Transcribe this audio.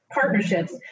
partnerships